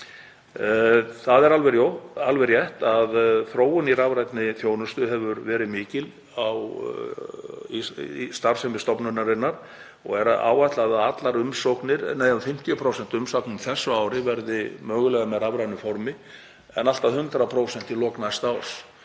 Það er alveg rétt að þróun í rafrænni þjónustu hefur verið mikil í starfsemi stofnunarinnar og er áætlað að 50% umsókna á þessu ári verði mögulega á rafrænu formi en allt að 100% í lok næsta árs.